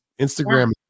instagram